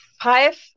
five